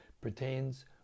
pertains